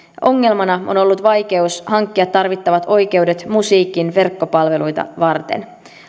ongelmana on ollut vaikeus hankkia tarvittavat oikeudet musiikin verkkopalveluita varten